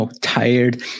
tired